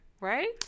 right